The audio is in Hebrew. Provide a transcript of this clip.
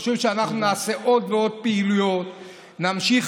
חשוב שאנחנו נעשה עוד ועוד פעילויות, נמשיך